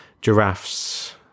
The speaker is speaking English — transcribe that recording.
giraffes